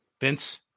Vince